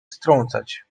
strącać